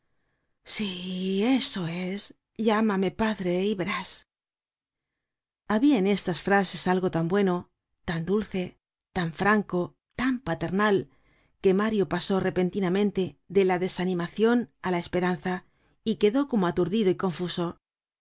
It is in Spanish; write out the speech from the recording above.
sí eso es llámame padre y verás habia en estas frases algo tan bueno tan dulce tan franco tan paternal que mario pasó repentinamente de la desanimacion á la esperanza y quedó como aturdido y confuso